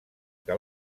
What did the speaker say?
que